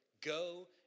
go